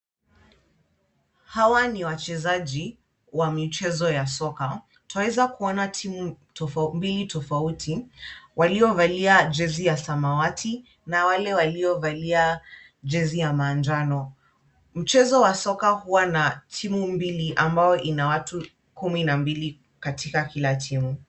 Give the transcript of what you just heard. Hawa ni wachezaji wa michezo ya soka, twaweza kuona timu mbili tofauti waliovalia jezi ya samawati na wale waliovalia jezi ya manjano. Mchezo wa soka huwa na timu mbili ambayo ina watu kumi na mbili katika kila timu.